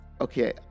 okay